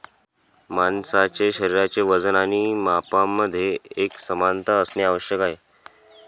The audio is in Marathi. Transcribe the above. माणसाचे शरीराचे वजन आणि मापांमध्ये एकसमानता असणे आवश्यक आहे